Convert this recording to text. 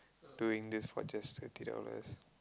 doing this for just fifty dollars